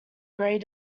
gray